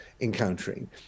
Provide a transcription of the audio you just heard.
encountering